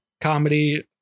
comedy